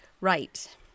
Right